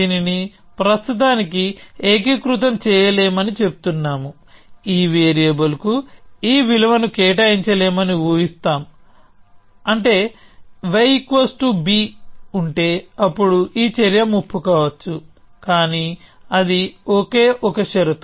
దీనిని ప్రస్తుతానికి ఏకీకృతం చేయలేమని చెబుతున్నాము ఈ వేరియబుల్ కు ఈ విలువను కేటాయించలేమని ఊహిస్తాం అంటే yb ఉంటే అప్పుడు ఈ చర్య ముప్పు కావచ్చు కానీ అది ఒకే ఒక షరతు